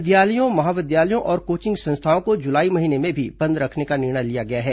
विद्यालयों महाविद्यालयों और कोचिंग संस्थानों को जुलाई महीने में भी बंद रखने का निर्णय लिया गया है